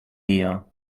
year